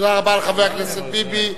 תודה רבה לחבר הכנסת ביבי.